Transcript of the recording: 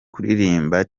kuririmba